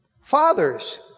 fathers